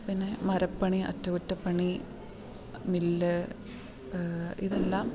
പിന്നെ മരപ്പണി അറ്റകുറ്റപ്പണി മില്ല് ഇതെല്ലാം